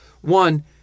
One